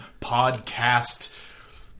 podcast